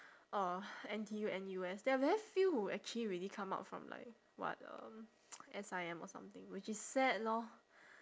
uh N_T_U N_U_S there are very few who actually really come out from like what um S_I_M or something which is sad lor